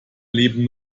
leben